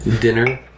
Dinner